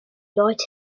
leute